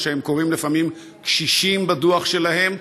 מה שהם קוראים לפעמים "קשישים" בדוח שלהם,